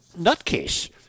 nutcase